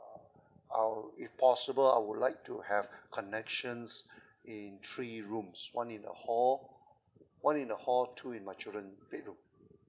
I'll if possible I would like to have connections in three rooms one in the hall one in the hall two in my children bedroom